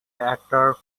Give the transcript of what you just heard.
actor